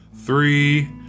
three